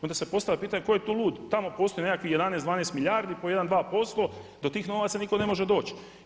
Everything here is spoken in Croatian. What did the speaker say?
Onda se postavlja pitanje tko je tu lud, tamo postoje nekakvih 11, 12 milijardi po 1, 2%, do tih novaca nitko ne može doći.